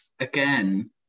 again